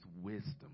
wisdom